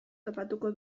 topatuko